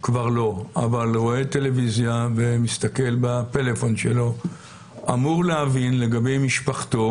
רואה טלוויזיה ומסתכל בפלאפון שלו אמור להבין לגבי משפחתו